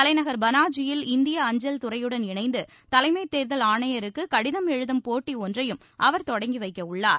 தலைநகர் பனாஜியில் இந்திய அஞ்சல் துறையுடன் இணைந்து தலைமை தேர்தல் ஆணையருக்கு கடிதம் எழுதும் போட்டி ஒன்றையும் அவர் தொடங்கி வைக்கவுள்ளார்